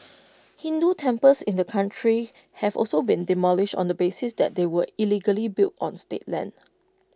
Hindu temples in the country have also been demolished on the basis that they were illegally built on state land